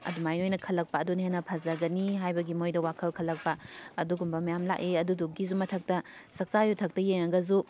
ꯑꯗꯨꯃꯥꯏꯅ ꯑꯣꯏꯅ ꯈꯜꯂꯛꯄ ꯑꯗꯨꯅ ꯍꯦꯟꯅ ꯐꯖꯒꯅꯤ ꯍꯥꯏꯕꯒꯤ ꯃꯈꯣꯏꯗ ꯋꯥꯈꯜ ꯈꯜꯂꯛꯄ ꯑꯗꯨꯒꯨꯝꯕ ꯃꯌꯥꯝ ꯂꯥꯛꯑꯦ ꯑꯗꯨꯗꯨꯒꯤꯁꯨ ꯃꯊꯛꯇ ꯆꯛꯆꯥ ꯌꯨꯊꯛꯇ ꯌꯦꯡꯉꯒꯁꯨ